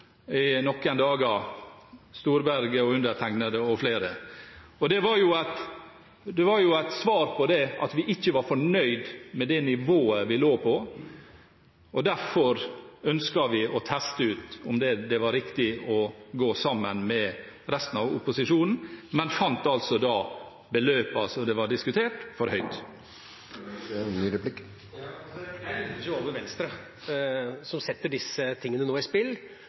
det var et svar på det at vi ikke var fornøyd med det nivået vi lå på. Derfor ønsket vi å teste ut om det var riktig å gå sammen med resten av opposisjonen, men fant det beløpet som ble diskutert, for høyt. Jeg undrer meg over Venstre, som nå setter disse tingene i